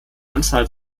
anzahl